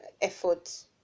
effort